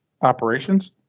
operations